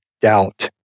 doubt